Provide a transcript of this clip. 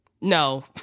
no